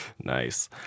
Nice